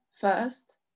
first